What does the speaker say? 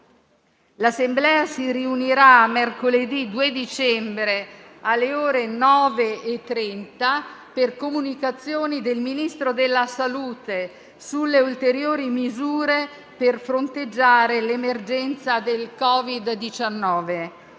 L'Assemblea si riunirà mercoledì 2 dicembre, alle ore 9,30, per comunicazioni del Ministro della salute sulle ulteriori misure per fronteggiare l'emergenza da Covid-19.